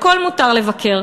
הכול מותר לבקר.